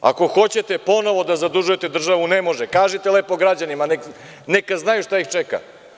Ako hoćete ponovo da zadužujete, ne može, kažite lepo građanima, neka znaju šta ih čeka.